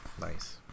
Nice